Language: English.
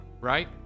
right